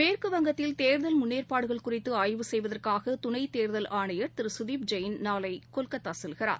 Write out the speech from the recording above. மேற்குவங்கத்தில் தேர்தல் முன்னேற்பாடுகள் குறித்துஆய்வு செய்வதற்காகதுணைத் தேர்தல் ஆணையர் திருகதிப் ஜெயின் நாளைகொல்கத்தாசெல்கிறார்